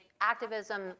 activism